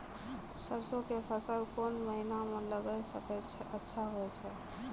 सरसों के फसल कोन महिना म लगैला सऽ अच्छा होय छै?